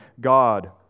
God